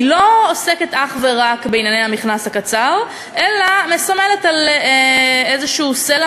היא לא עוסקת אך ורק בענייני המכנס הקצר אלא מסמלת איזה סלע